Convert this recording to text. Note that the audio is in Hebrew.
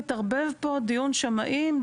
מתערבב פה דיון שמאים,